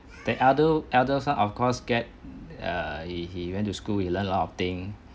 the elder elder son of course get err he he went to school we learn a lot of thing